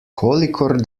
kolikor